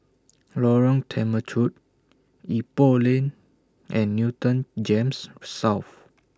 Lorong Temechut Ipoh Lane and Newton Gems South